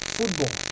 Football